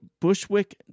Bushwick